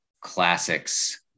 classics